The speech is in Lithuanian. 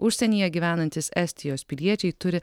užsienyje gyvenantys estijos piliečiai turi